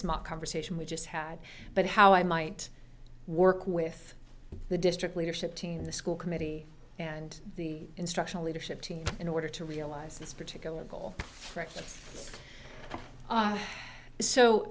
small conversation we just had but how i might work with the district leadership team the school committee and the instructional leadership team in order to realize this particular goal